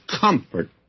comfort